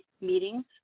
meetings